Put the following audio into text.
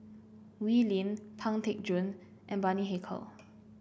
Wee Lin Pang Teck Joon and Bani Haykal